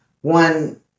one